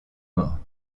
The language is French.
morts